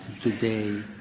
today